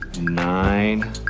nine